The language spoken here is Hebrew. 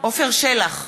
עפר שלח,